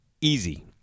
Easy